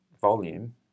volume